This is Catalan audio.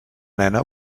nena